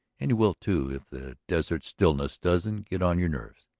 and you will, too, if the desert stillness doesn't get on your nerves.